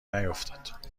نیفتاد